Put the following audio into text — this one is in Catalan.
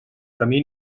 camí